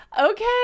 okay